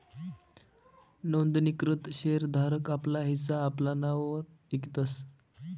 नोंदणीकृत शेर धारक आपला हिस्सा आपला नाववर इकतस